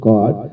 God